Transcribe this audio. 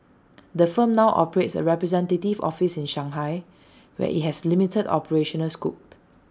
the firm now operates A representative office in Shanghai where IT has limited operational scope